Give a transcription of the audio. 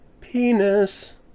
penis